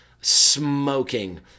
smoking